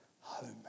home